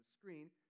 screen